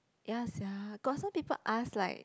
ya sia got some people ask like